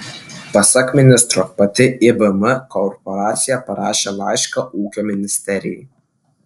pasak ministro pati ibm korporacija parašė laišką ūkio ministerijai